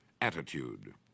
attitude